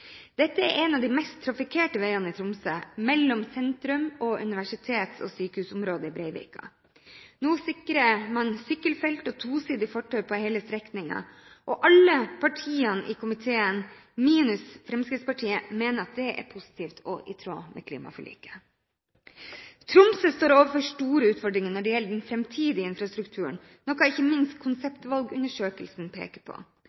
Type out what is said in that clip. Dette er en av de mest trafikkerte vegene i Tromsø, mellom sentrum og universitets- og sykehusområdet i Breivika. Nå sikrer man sykkelfelt og tosidig fortau på hele strekningen, og alle partiene i komiteen, minus Fremskrittspartiet, mener at det er positivt og i tråd med klimaforliket. Tromsø står overfor store utfordringer når det gjelder den framtidige infrastrukturen, noe ikke minst konseptvalgundersøkelsen peker på.